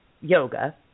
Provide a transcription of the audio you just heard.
yoga